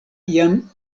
jam